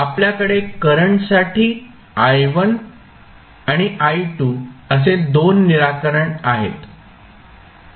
आपल्याकडे करंटसाठी i1 आणि i2 असे 2 निराकरण आहेत